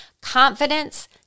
confidence